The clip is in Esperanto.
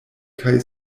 kaj